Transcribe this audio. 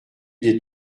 des